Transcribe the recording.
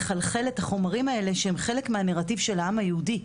לחלחל את החומרים האלה שהם חלק מהנרטיב של העם היהודי,